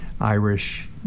Irish